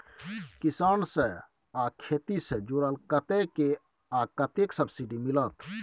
किसान से आ खेती से जुरल कतय से आ कतेक सबसिडी मिलत?